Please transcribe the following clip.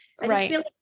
right